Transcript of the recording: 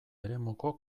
eremuko